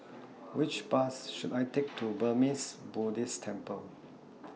Which Bus should I Take to Burmese Buddhist Temple